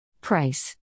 Price